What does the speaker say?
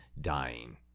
dying